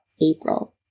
April